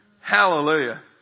Hallelujah